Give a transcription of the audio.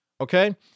okay